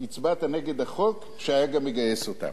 הצבעת נגד החוק שהיה גם לגייס אותם.